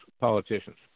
politicians